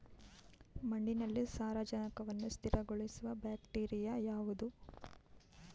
ಮಣ್ಣಿನಲ್ಲಿ ಸಾರಜನಕವನ್ನು ಸ್ಥಿರಗೊಳಿಸುವ ಬ್ಯಾಕ್ಟೀರಿಯಾ ಯಾವುದು?